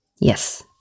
Yes